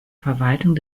verwaltung